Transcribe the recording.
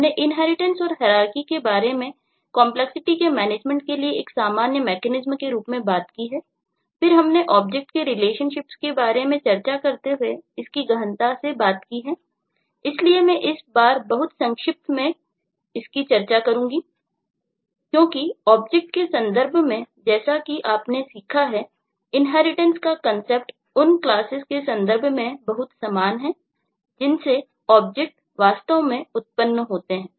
हमने इन्हेरिटेंस का कंसेप्ट उन क्लासेस के संदर्भ में बहुत समान है जिनसे ऑब्जेक्ट्स वास्तव में उत्पन्न होते हैं